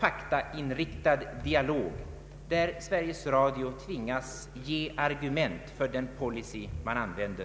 faktainriktad dialog som tvingar Sveriges Radio att ge argument för den policy man använder.